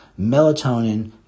melatonin